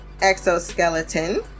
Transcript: exoskeleton